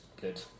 good